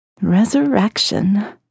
Resurrection